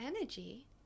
energy